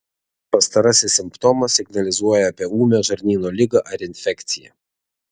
pastarasis simptomas signalizuoja apie ūmią žarnyno ligą ar infekciją